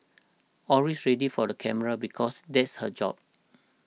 always ready for the camera because that's her job